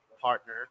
partner